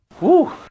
Woo